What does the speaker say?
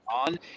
on